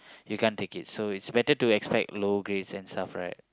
you can't take it so it's better to expect low grade and stuff right